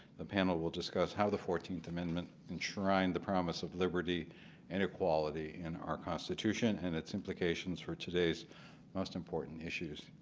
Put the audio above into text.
the panel will discuss how the fourteenth amendment enshrined the promise of liberty and equality in our constitution and its implications for today's most important issues.